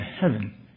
heaven